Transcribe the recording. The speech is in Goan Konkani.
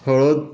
खेळत